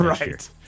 Right